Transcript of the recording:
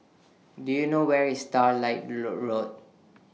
Do YOU know Where IS Starlight Low Road